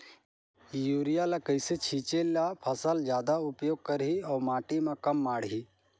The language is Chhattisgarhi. युरिया ल कइसे छीचे ल फसल जादा उपयोग करही अउ माटी म कम माढ़ही?